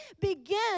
begin